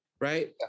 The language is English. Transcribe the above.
right